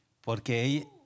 porque